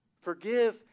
Forgive